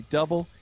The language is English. Double